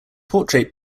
portrait